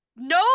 no